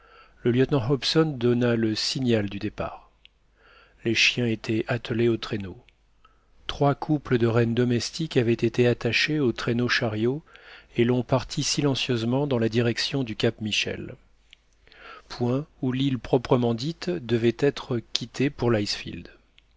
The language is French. le lieutenant hobson donna le signal du départ les chiens étaient attelés aux traîneaux trois couples de rennes domestiques avaient été attachés aux traîneauxchariots et l'on partit silencieusement dans la direction du cap michel point où l'île proprement dite devrait être quittée pour l'icefield